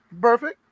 perfect